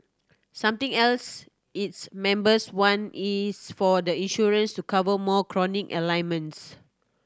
something else its members want is for the insurance to cover more chronic ailments